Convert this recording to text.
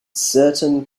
certain